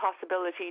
possibility